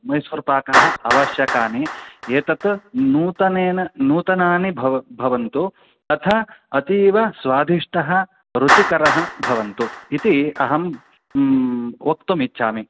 मैसूर्पाकाः आवश्यकानि एतत् नूतनेन नूतनानि भव् भवन्तु तथा अतीवस्वादिष्टः रुचिकरः भवन्तु इति अहं वक्तुम् इच्छामि